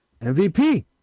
MVP